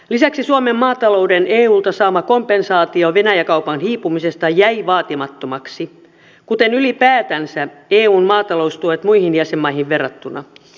lisäksi suomen maatalouden eulta saama kompensaatio venäjä kaupan hiipumisesta jäi vaatimattomaksi kuten ylipäätänsä eun maataloustuet muihin jäsenmaihin verrattuna